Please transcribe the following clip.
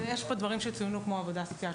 אז יש פה דברים שצוינו כמו עבודה סוציאלית,